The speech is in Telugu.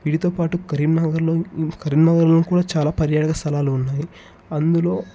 వీటితో పాటు కరీంనగర్లో కరీంనగర్లో కూడా చాలా పర్యాటక స్థలాలు ఉన్నాయి అందులో